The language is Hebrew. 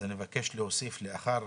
אז אני מבקש להוסיף לאחר